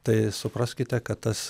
tai supraskite kad tas